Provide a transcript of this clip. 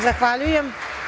Zahvaljujem.